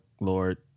lord